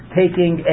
taking